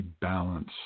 balance